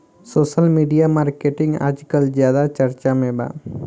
social media marketing आजकल ज्यादा चर्चा में बा